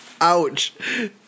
Ouch